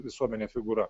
visuomenė figūra